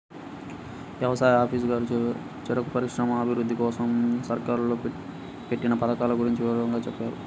యవసాయ ఆఫీసరు గారు చెరుకు పరిశ్రమల అభిరుద్ధి కోసరం సర్కారోళ్ళు పెట్టిన పథకాల గురించి వివరంగా చెప్పారు